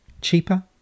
Cheaper